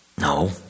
No